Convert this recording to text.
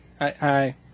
Hi